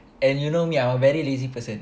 and you know me I'm a very lazy person